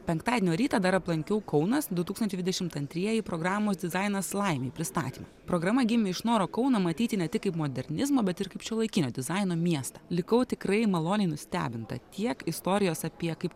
penktadienio rytą dar aplankiau kaunas du tūkstančiai dvidešimt antrieji programos dizainas laimei pristatymą programa gimė iš noro kauną matyti ne tik kaip modernizmo bet ir kaip šiuolaikinio dizaino miestą likau tikrai maloniai nustebinta tiek istorijos apie kaip